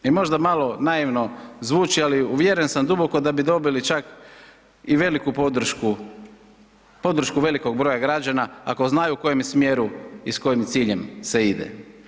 I možda malo naivno zvuči, ali uvjeren sam duboko da bi dobili čak i veliku podršku velikog broja građana ako znaju u kojem smjeru i s kojim ciljem se ide.